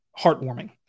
heartwarming